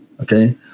okay